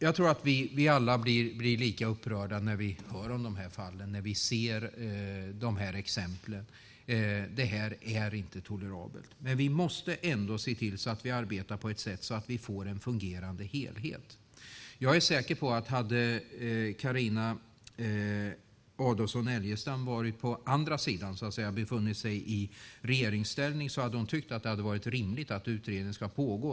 Jag tror att vi alla blir lika upprörda när vi hör om de här fallen och när vi ser de här exemplen. Det här är inte tolerabelt. Men vi måste ändå se till att vi arbetar på ett sätt så att vi får en fungerande helhet. Jag är säker på att Carina Adolfsson Elgestam, om hon hade varit på andra sidan, det vill säga befunnit sig i regeringsställning, hade tyckt att det hade varit rimligt att utredningen skulle pågå.